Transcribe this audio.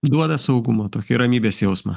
duoda saugumo tokį ramybės jausmą